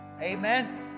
Amen